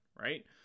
right